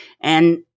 And-